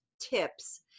tips